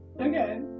Okay